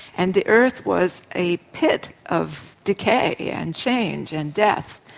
and the earth was a pit of decay and change and death.